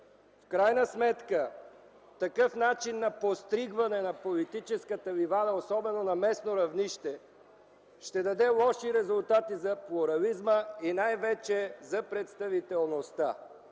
В крайна сметка такъв начин на „подстригване” на политическата „ливада”, особено на местно равнище, ще даде лоши резултати за плурализма и най-вече за представителността.